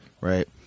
right